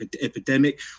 epidemic